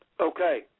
Okay